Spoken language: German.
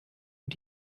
und